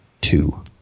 two